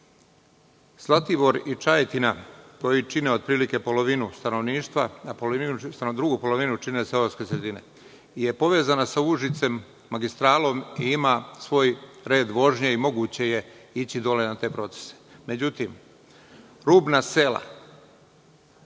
Zlatibor i Čajetina, koji čine otprilike polovinu stanovništva, drugu polovinu čine seoske sredine, je povezana sa Užicem magistralom i ima svoj red vožnje i moguće je ići dole na te procese. Međutim, rubna sela